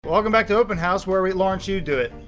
welcome back to openhaus, where we. lawrence, you do it.